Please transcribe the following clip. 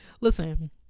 Listen